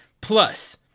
Plus